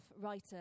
writer